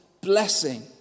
blessing